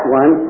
one